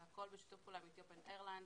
זה הכול בשיתוף פעולה עם אתיופיה איירליינס,